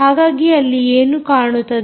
ಹಾಗಾಗಿ ಅಲ್ಲಿ ಏನು ಕಾಣುತ್ತದೆ